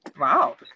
Wow